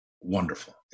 wonderful